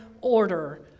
order